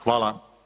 Hvala.